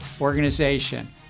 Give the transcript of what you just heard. Organization